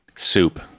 soup